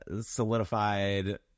solidified